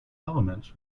elements